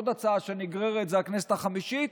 עוד הצעה שנגררת זה הכנסת החמישית,